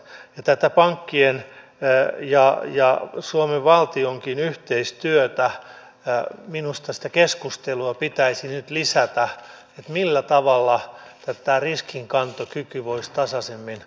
tätä pankkien ja suomen valtionkin yhteistyötä pitäisi minusta nyt lisätä sitä keskustelua millä tavalla tämä riskinkantokyky voisi tasaisemmin jakaantua